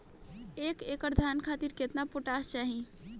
एक एकड़ धान खातिर केतना पोटाश चाही?